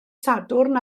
sadwrn